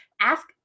ask